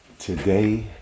Today